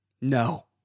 No